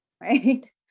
right